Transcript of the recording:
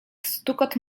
stukot